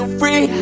free